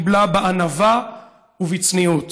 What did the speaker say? קיבלה בענווה ובצניעות,